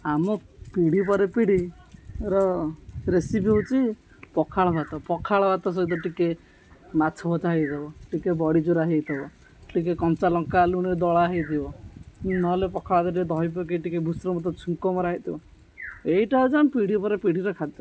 ଆମ ପିଢ଼ି ପରେ ପିଢ଼ିର ରେସିପି ହେଉଛି ପଖାଳ ଭାତ ପଖାଳ ଭାତ ସହିତ ଟିକେ ମାଛ ଭଜା ହେଇଥବ ଟିକେ ବଢ଼ିଚୁରା ହେଇଥିବ ଟିକେ କଞ୍ଚା ଲଙ୍କା ଲୁଣି ଦଳା ହେଇଥିବ ନହେଲେ ପଖାଳ ଭାତ ଟିକେ ଦହି ପକାଇ ଟିକେ ଭୃସଙ୍ଗ ପତ୍ର ଛୁଙ୍କ ମରା ହେଇଥିବ ଏଇଟା ହେଉଛି ଆମ ପିଢ଼ି ପରେ ପିଢ଼ିର ଖାଦ୍ୟ